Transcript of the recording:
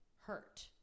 hurt